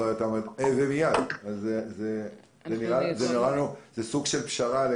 זה נראה לנו סוג של פשרה.